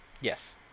Yes